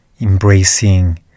embracing